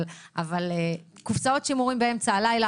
אבל קופסאות שימורים באמצע הלילה.